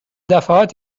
دفعات